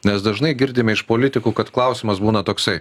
nes dažnai girdime iš politikų kad klausimas būna toksai